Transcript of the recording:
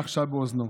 לחשה באוזנו.